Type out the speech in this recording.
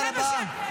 זה מה שאתם.